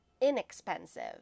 Inexpensive